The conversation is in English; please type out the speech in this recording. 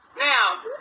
Now